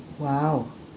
Wow